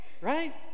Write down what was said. right